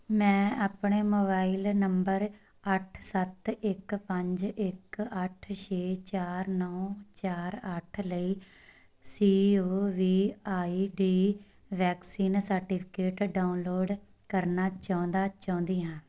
ਮੈਂ ਆਪਣੇ mobile number ਅੱਠ ਸੱਤ ਇੱਕ ਪੰਜ ਇੱਕ ਅੱਠ ਛੇ ਚਾਰ ਨੌਂ ਚਾਰ ਅੱਠ ਲਈ C O V I D vaccine certificate download ਕਰਨਾ ਚਾਹੁੰਦਾ ਚਾਹੁੰਦੀ ਹਾਂ